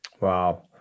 Wow